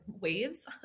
waves